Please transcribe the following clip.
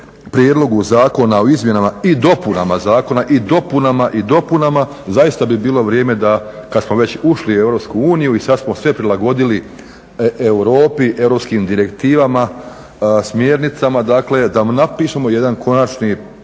Prijedlogu zakona o Izmjenama i dopunama Zakona i dopunama i dopunama zaista bi bilo vrijeme da kada smo već ušli u Europsku uniju i sada smo sve prilagodili Europi, europskim direktivama, smjernicama dakle da napišemo jedan konačni